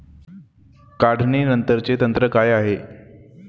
काढणीनंतरचे तंत्र काय आहे?